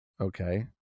okay